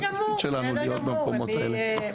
התפקיד שלנו הוא להיות במקומות האלה.